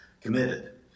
committed